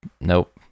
nope